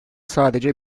sadece